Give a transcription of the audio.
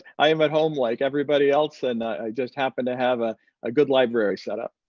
i am at home like everybody else, and i just happened to have ah a good library setup.